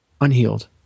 unhealed